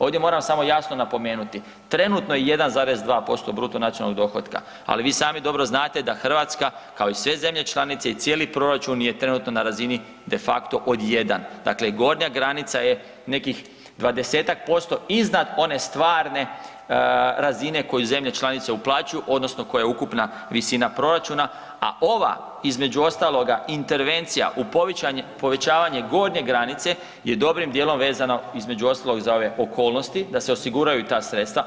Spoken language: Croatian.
Ovdje moram samo jasno napomenuti, trenutno je 1,2% bruto nacionalnog dohotka, ali vi sami dobro znate da Hrvatska, kao i sve zemlje članice i cijeli proračun je trenutno na razini de facto od 1, dakle gornja granica je nekih 20-tak posto iznad one stvarne razine koju zemlje članice uplaćuju, odnosno koja je ukupna visina proračuna, a ova, između ostaloga, intervencija u povećavanje gornje granice je dobrim dijelom vezana, između ostaloga, za ove okolnosti, da se osiguraju ta sredstva.